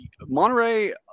Monterey